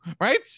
Right